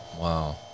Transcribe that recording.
wow